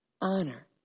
Honor